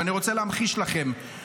ואני רוצה להמחיש לכם: